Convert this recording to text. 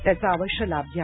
त्याचा आवश्य लाभ घ्या